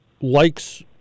likes